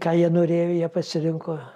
ką jie norėjo jie pasirinko